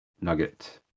Nugget